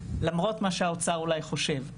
למרות מה שהאוצר אולי חושב,